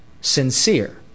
sincere